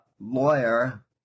lawyer